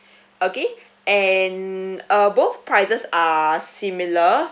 okay and uh both prices are similar